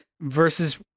versus